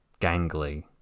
gangly